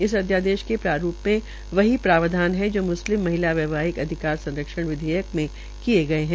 इस अध्यादेश के प्रारूप में वहीं प्रावधान है जो मुस्लिम महिला वैवाहिक अधिकार संरक्षण विधेयक में किये गये है